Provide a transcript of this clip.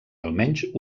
almenys